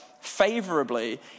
favorably